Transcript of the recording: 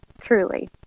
Truly